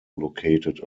located